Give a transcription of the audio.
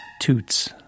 toots